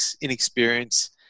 inexperience